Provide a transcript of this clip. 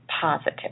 positive